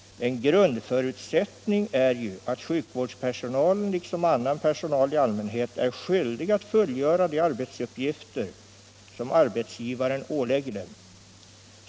En grundförutsättning är ju att sjukvårdspersonalen liksom annan personal i allmänhet är skyldig att fullgöra de arbetsuppgifter, som arbetsgivaren ålägger dem.